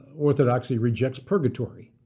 orthodoxy rejects purgatory.